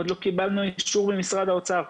עדיין לא קיבלנו אישור ממשרד האוצר.